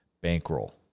bankroll